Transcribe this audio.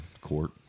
court